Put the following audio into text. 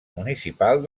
municipal